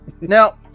Now